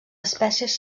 espècies